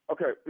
Okay